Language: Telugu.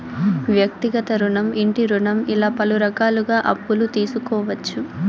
వ్యక్తిగత రుణం ఇంటి రుణం ఇలా పలు రకాలుగా అప్పులు తీసుకోవచ్చు